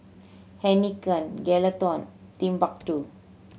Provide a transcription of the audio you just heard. Heinekein Geraldton Timbuk Two